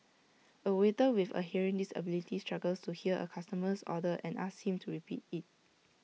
A waiter with A hearing disability struggles to hear A customer's order and asks him to repeat IT